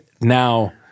now-